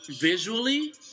visually